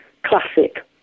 classic